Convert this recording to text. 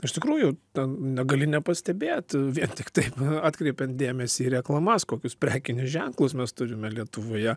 iš tikrųjų ten negali nepastebėt vien tik taip atkreipiant dėmesį į reklamas kokius prekinius ženklus mes turime lietuvoje